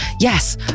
Yes